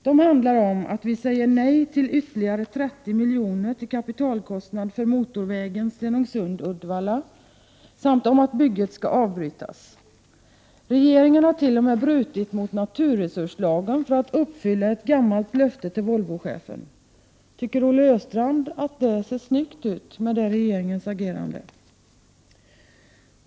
De handlar om att vi säger nej till ytterligare 30 milj.kr. till kapitalkostnad för motorvägen Stenungsund-Uddevalla samt om att bygget skall avbrytas. Regeringen har t.o.m. brutit mot naturresurslagen för att uppfylla ett gammalt löfte till Volvochefen. Tycker Olle Östrand att regeringens agerande ser snyggt ut?